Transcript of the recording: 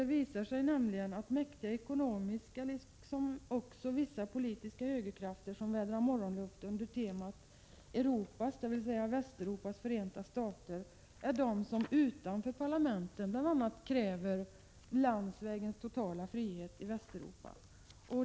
Det visar sig nämligen att mäktiga ekonomiska intressen — liksom vissa politiska högerkrafter som vädrar morgonluft under temat ”Europas, dvs. Västeuropas, Förenta Stater” —-är de som utanför parlamenten bl.a. kräver ”landsvägens totala frihet” i Västeuropa.